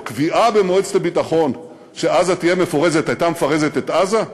או קביעה במועצת הביטחון שעזה תהיה מפורזת הייתה מפרזת את עזה?